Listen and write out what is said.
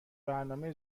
برنامه